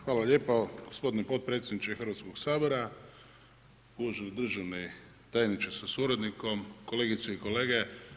Hvala lijepa gospodine potpredsjedniče Hrvatskog sabora, uvaženi državni tajniče sa suradnikom, kolegice i kolege.